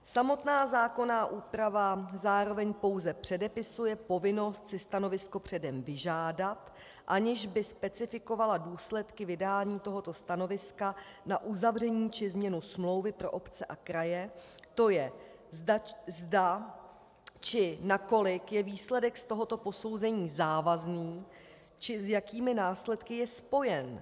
Samotná zákonná úprava zároveň pouze předepisuje povinnost si stanovisko předem vyžádat, aniž by specifikovala důsledky vydání tohoto stanovisko na uzavření či změnu smlouvy pro obce a kraje, tj. zda či nakolik je výsledek z tohoto posouzení závazný či s jakými následky je spojen.